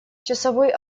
часовой